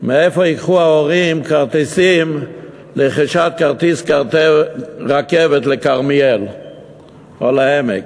מאיפה ייקחו ההורים כסף לרכישת כרטיס רכבת לכרמיאל או לעמק?